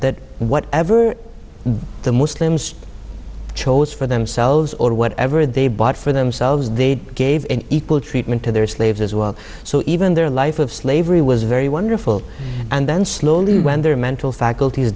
that what ever the muslims chose for themselves or whatever they bought for themselves they gave equal treatment to their slaves as well so even their life of slavery was very wonderful and then slowly when their mental facult